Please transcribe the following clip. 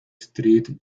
street